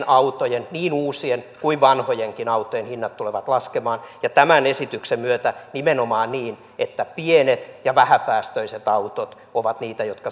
autojen niin uusien kuin vanhojenkin autojen hinnat tulevat laskemaan ja tämän esityksen myötä nimenomaan niin että pienet ja vähäpäästöiset autot ovat niitä jotka